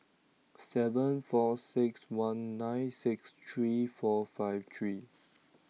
seven four six one nine six three four five three